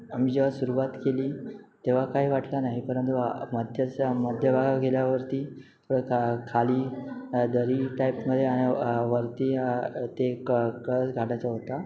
आम्ही जेव्हा सुरुवात केली तेव्हा काही वाटलं नाही परंतु मध्य मध्य भागा गेल्यावरती थोडं खा खाली दरी टाईपमध्ये आणि वरती ते क कळस गाठायचा होता